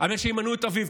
על זה שימנו את אביו.